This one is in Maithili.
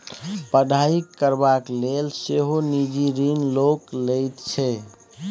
पढ़ाई करबाक लेल सेहो निजी ऋण लोक लैत छै